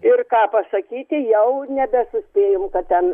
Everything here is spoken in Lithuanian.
ir ką pasakyti jau nebesuspėjom kad ten